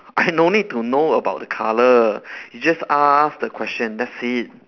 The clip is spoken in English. I no need to know about the colour you just ask the question that's it